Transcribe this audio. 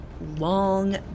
long